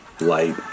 light